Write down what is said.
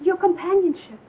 your companionship